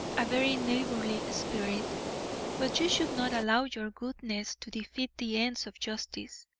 a very neighbourly spirit but you should not allow your goodness to defeat the ends of justice.